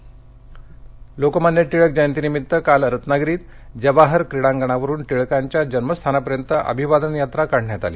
टिळक जयंती लोकमान्य टिळक जयंतीनिमित्तानं काल रत्नागिरीत जवाहर क्रीडांगणावरून टिळकांच्या जन्मस्थानापर्यंत अभिवादन यात्रा काढण्यात आली